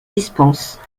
dispensent